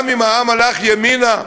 גם אם העם הלך ימינה,